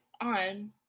on